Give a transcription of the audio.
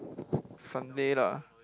Sunday lah